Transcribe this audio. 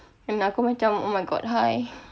then aku macam oh my god hi